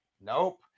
Nope